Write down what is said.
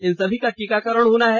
इन सभी का टीकाकरण होना है